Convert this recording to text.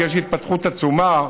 כי יש התפתחות עצומה,